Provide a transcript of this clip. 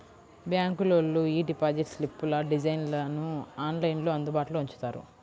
బ్యాంకులోళ్ళు యీ డిపాజిట్ స్లిప్పుల డిజైన్లను ఆన్లైన్లో అందుబాటులో ఉంచుతారు